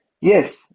Yes